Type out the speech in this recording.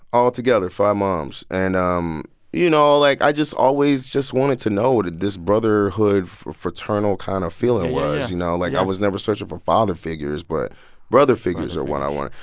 all together, five moms. and, um you know, like, i just always just wanted to know what this brotherhood, fraternal kind of feeling was, you know? like, i was never searching for father figures. but brother figures are what i want,